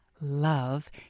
love